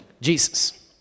Jesus